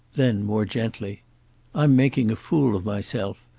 then, more gently i'm making a fool of myself.